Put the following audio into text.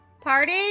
Party